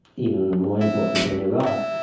even more important, in iraq.